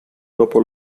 dopo